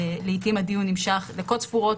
לעיתים הדיון נמשך דקות ספורות.